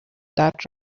that